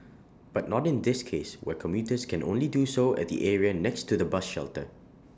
but not in this case where commuters can only do so at the area next to the bus shelter